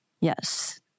Yes